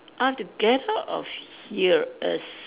I have to get out of here as